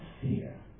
fear